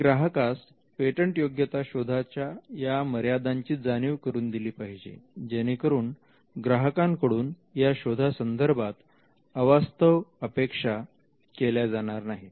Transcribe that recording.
तुम्ही ग्राहकास पेटंटयोग्यता शोधाच्या या मर्यादांची जाणीव करून दिली पाहिजे जेणेकरून ग्राहकांकडून या शोधा संदर्भात अवास्तव अपेक्षा केल्या जाणार नाही